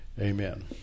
Amen